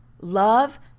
Love